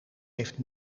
heeft